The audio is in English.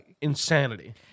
insanity